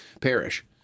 perish